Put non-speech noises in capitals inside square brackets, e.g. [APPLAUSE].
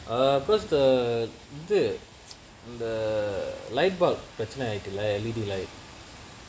ah cause the இது:ithu [NOISE] இந்த:intha light bulb பெரச்சனயா ஆயிட்டு:perachanayaa aayitu lah L_E_D light